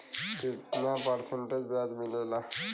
कितना परसेंट ब्याज मिलेला?